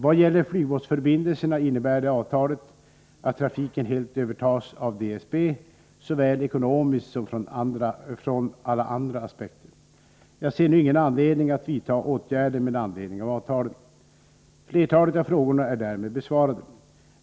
Vad gäller flygbåtförbindelserna innebär det avtalet att trafiken helt övertas av DSB — såväl ekonomiskt som ur alla andra aspekter. Jag ser nu ingen anledning att vidta åtgärder med anledning av avtalen. Flertalet av frågorna är därmed besvarade.